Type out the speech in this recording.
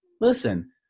listen